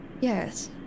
Yes